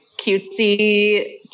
cutesy